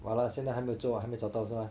哦现在还没有做还没有找到是吗